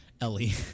Ellie